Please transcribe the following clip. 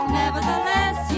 nevertheless